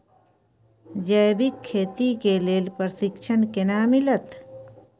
जैविक खेती के लेल प्रशिक्षण केना मिलत?